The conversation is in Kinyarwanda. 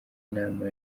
inama